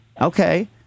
Okay